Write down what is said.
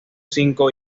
cinco